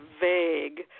vague